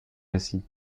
récit